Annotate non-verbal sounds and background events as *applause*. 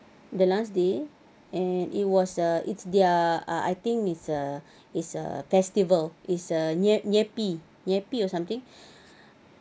the last day and it was a it's their uh I think is a is a festival is a nye~ nyepi nyepi or something *breath*